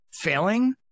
failing